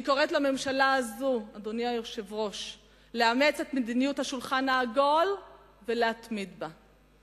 אני קוראת לממשלה הזאת לאמץ את מדיניות השולחן העגול ולהתמיד בה.